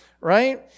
right